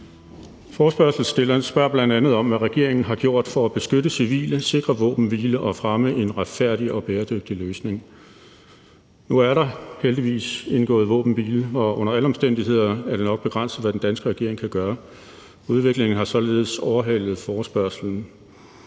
Forespørgselsstillerne spørger bl.a. om, hvad regeringen har gjort for at beskytte civile, sikre våbenhvile og fremme en retfærdig og bæredygtig løsning. Nu er der heldigvis indgået en våbenhvile, og under alle omstændigheder er det nok begrænset, hvad den danske regering kan gøre. Udviklingen har således overhalet forespørgslen.